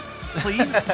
Please